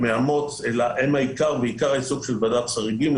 הם עיקר העיסוק של ועדת החריגים.